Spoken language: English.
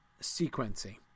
sequencing